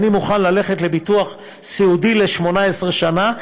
אני מוכן ללכת לביטוח סיעודי ל-18 שנה,